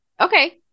Okay